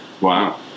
Wow